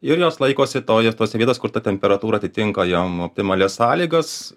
ir jos laikosi toje tose vietos kur ta temperatūra atitinka jom optimalias sąlygas